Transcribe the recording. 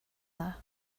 dda